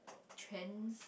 trends